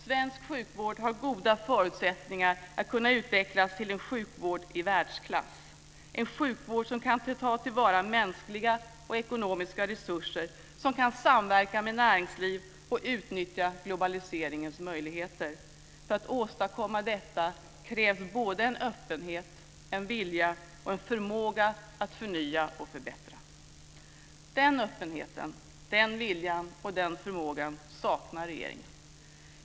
Svensk sjukvård har goda förutsättningar att kunna utvecklas till en sjukvård i världsklass, en sjukvård som kan ta till vara mänskliga och ekonomiska resurser, som kan samverka med näringsliv och utnyttja globaliseringens möjligheter. För att åstadkomma detta krävs både en öppenhet, en vilja och en förmåga att förnya och förbättra. Den öppenheten, den viljan och den förmågan saknar regeringen.